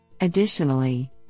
Additionally